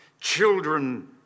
children